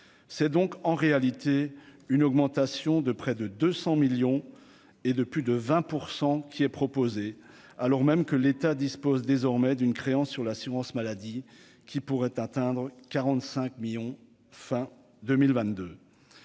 c'est donc en réalité une augmentation de près de 200 millions et de plus de 20 pour 100 qui est proposé, alors même que l'État dispose désormais d'une créance sur l'assurance maladie qui pourrait atteindre 45 millions fin 2022